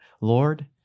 Lord